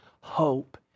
hope